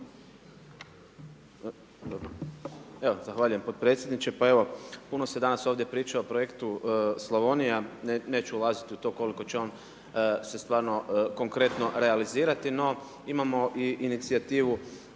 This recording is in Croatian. Evo, zahvaljujem potpredsjedničke. Pa evo, puno se danas ovdje priča o projektu Slavonija, neću ulaziti u to koliko će on se stvarno, konkretno realizirati. No imamo i inicijativu